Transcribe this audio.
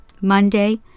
Monday